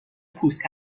پوست